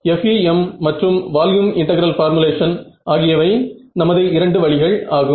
FEM மற்றும் volume integral formulation ஆகியவை நமது இரண்டு வழிகள் ஆகும்